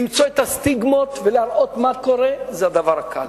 למצוא את הסטיגמות ולהראות מה קורה, זה הדבר הקל.